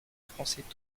français